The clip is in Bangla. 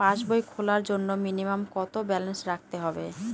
পাসবই খোলার জন্য মিনিমাম কত ব্যালেন্স রাখতে হবে?